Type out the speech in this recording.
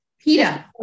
PETA